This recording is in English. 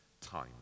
time